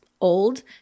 old